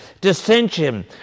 dissension